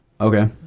Okay